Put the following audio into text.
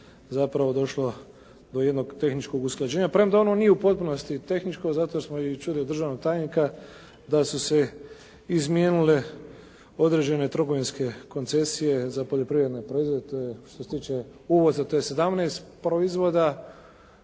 zapravo došlo do jednog tehničkog usklađenja, premda ono nije u potpunosti tehničko, zato smo i čuli od državnog tajnika da su se izmijenile određene trgovinske koncesije za poljoprivredni proizvode, to je što se tiče uvoza to je 17 proizvoda